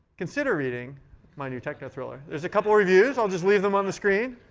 consider reading my new techno thriller. there's a couple reviews. i'll just leave them on the screen.